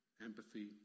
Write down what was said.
empathy